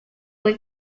were